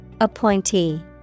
Appointee